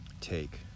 Take